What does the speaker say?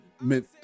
meant